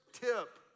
tip